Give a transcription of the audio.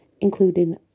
including